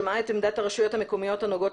שמעה את עמדת הרשויות המקומיות הנוגעות